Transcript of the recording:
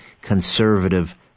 conservative